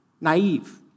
naive